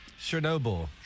Chernobyl